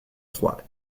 trois